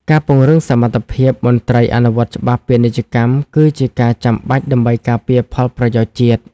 ការពង្រឹងសមត្ថភាពមន្ត្រីអនុវត្តច្បាប់ពាណិជ្ជកម្ម គឺជាការចាំបាច់ដើម្បីការពារផលប្រយោជន៍ជាតិ។